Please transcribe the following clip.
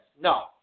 No